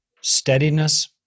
steadiness